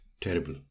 Terrible